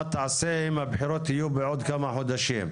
תעשה עם הבחירות יהיו בעוד כמה חודשים?